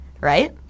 right